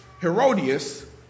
Herodias